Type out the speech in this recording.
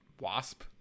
wasp